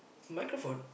microphone